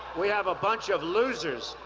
we have a bunch of losers.